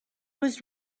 was